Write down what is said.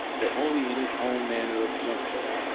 but only in its own manner of junctioning.